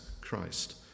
Christ